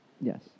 Yes